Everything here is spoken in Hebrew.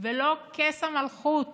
ולא כס המלכות